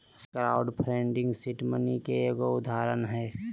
crowd funding seed money के एगो उदाहरण हय